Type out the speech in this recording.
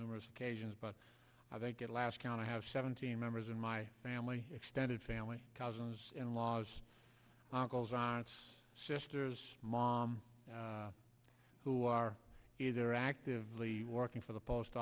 numerous occasions but i think at last count i have seventeen members in my family extended family cousins in laws goes on its sisters mom who are either actively working for the post